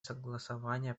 согласования